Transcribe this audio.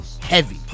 heavy